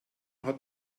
hat